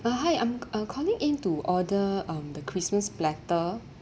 uh hi I'm calling in to order um the christmas platter